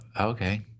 Okay